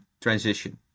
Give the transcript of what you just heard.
transition